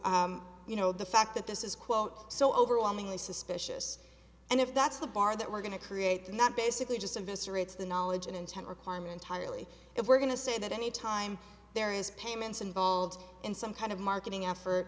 to you know the fact that this is quote so overwhelmingly suspicious and if that's the bar that we're going to create not basically just eviscerates the knowledge and intent requirement tiredly if we're going to say that any time there is payments involved in some kind of marketing effort